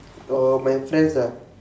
or my friends ah